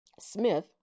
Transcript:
Smith